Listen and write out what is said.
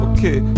Okay